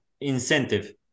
incentive